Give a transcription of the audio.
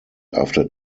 after